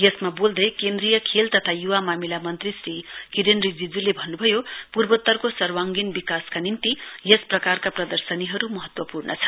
यसमा बोल्दै केन्द्रीय खेल तथा युवा मामिला मन्त्री श्री किरेन रिजिजूले भन्नुभयो पूर्वोत्तरको सर्वाङ्गीण विकासका निम्ति यस प्रकारका प्रदर्शीहरू महत्वपूर्ण छन्